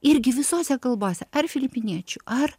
irgi visose kalbose ar filipiniečių ar